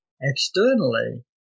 externally